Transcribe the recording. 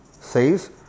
says